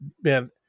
man